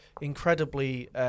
incredibly